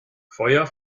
feuer